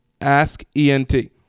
AskENT